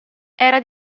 era